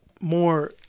more